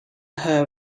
her